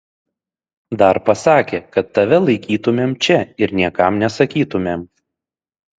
dar pasakė kad tave laikytumėm čia ir niekam nesakytumėm